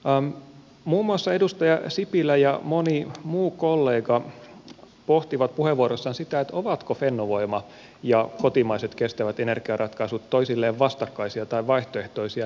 muun muassa edustaja sipilä ja moni muu kollega pohtivat puheenvuoroissaan sitä ovatko fennovoima ja kotimaiset kestävät energiaratkaisut toisilleen vastakkaisia tai vaihtoehtoisia